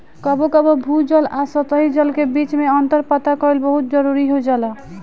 कबो कबो भू जल आ सतही जल के बीच में अंतर पता कईल बहुत जरूरी हो जाला